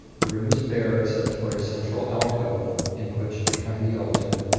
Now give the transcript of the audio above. the room is bare except for a central alcove in which, behind the altar,